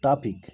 traffic